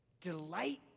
delight